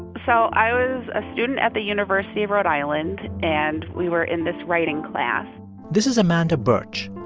so i was a student at the university of rhode island, and we were in this writing class this is amanda birch.